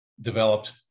developed